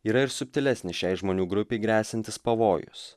yra ir subtilesnis šiai žmonių grupei gresiantis pavojus